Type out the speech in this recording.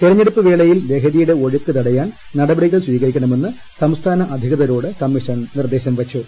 തെരഞ്ഞെടുപ്പ് വേളയിൽ ലഹരിയുടെ ഒഴുക്ക് തടയാൻ നടപടികൾ സ്വീകരിക്കണമെന്ന് സംസ്ഥാന അധികൃതരോട് കമ്മീഷൻ നിർദ്ദേശം വച്ചു